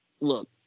look